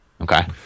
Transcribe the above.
Okay